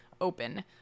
open